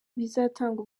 bizatanga